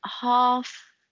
half